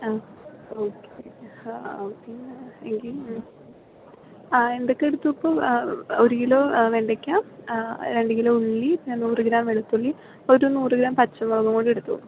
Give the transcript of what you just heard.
ആ ഓക്കെ ഹാ പിന്നെ എങ്കിൽ ആ എന്തൊക്കെ എടുത്തു ഇപ്പോൾ ഒരു കിലോ വെണ്ടയ്ക്ക രണ്ടു കിലോ ഉള്ളി പിന്നെ നൂറു ഗ്രാം വെളുത്തുള്ളി ഒരു നൂറു ഗ്രാം പച്ചമുളകും കൂടി എടുത്തോളൂ